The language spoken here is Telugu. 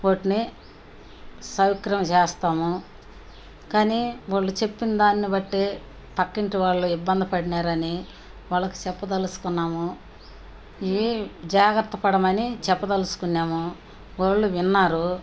వాటిని సౌక్రం చేస్తాము కానీ వాళ్ళు చెప్పిన దాన్ని పట్టి పక్కింటి వాళ్ళు ఇబ్బంది పడ్డారని వాళ్ళకి చెప్పదలుచుకున్నాము ఇవి జాగ్రత్త పడమని చెప్పదలుచుకున్నాము వాళ్ళు విన్నారు